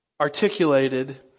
articulated